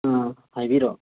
ꯑꯥ ꯍꯥꯏꯕꯤꯔꯛꯑꯣ